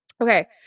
Okay